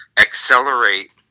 accelerate